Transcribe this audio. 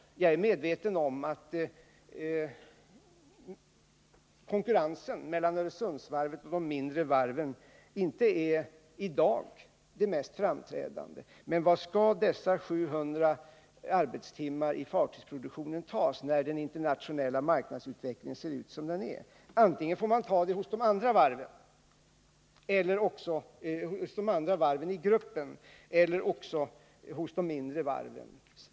Jag är medveten om att konkurrensen mellan Öresundsvarvet och de mindre varven inte i dag är det mest framträdande. Men var skall dessa 700 000 arbetstimmar i fartygsproduktionen tas när den internationella marknadsutvecklingen ser ut som den gör? Antingen får man ta dem hos de andra varven i gruppen, eller också hos de mindre varven.